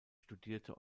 studierte